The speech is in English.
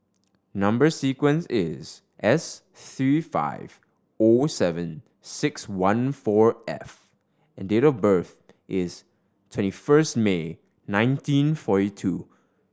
number sequence is S three five O seven six one four F and date of birth is twenty first May nineteen forty two